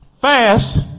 fast